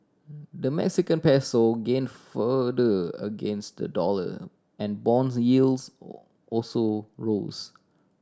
the Mexican Peso gained further against the dollar and bonds yields also rose